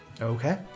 Okay